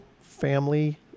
family